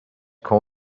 call